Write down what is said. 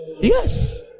yes